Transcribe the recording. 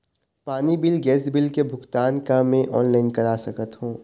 पानी bill gas bill के भुगतान का मैं ऑनलाइन करा सकथों?